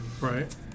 right